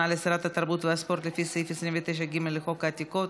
לשרת התרבות והספורט לפי סעיף 29(ג) לחוק העתיקות,